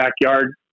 backyard